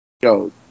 Yo